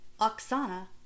Oksana